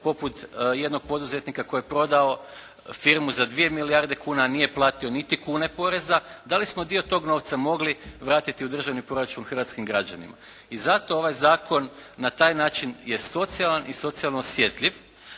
poput jednog poduzetnika koji je prodao firmu za 2 milijarde kuna a nije platio niti kune poreza. Da li smo dio tog novca mogli vratiti u državni proračun hrvatskim građanima. I zato ovaj zakon na taj način je socijalan i socijalno osjetljiv,